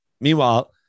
Meanwhile